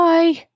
Bye